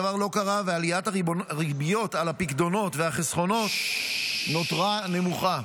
הדבר לא קרה ועליית ריביות על הפיקדונות ועל החסכונות נותרה נמוכה.